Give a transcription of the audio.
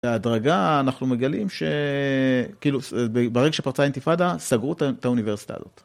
בהדרגה אנחנו מגלים שברגע שפרצה אינתיפאדה סגרו את האוניברסיטה הזאת.